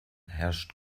herrscht